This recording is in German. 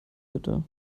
bitte